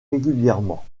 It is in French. régulièrement